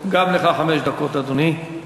גם לך חמש דקות, אדוני.